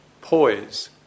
poise